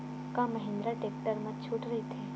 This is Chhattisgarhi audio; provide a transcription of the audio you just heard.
का महिंद्रा टेक्टर मा छुट राइथे?